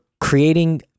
creating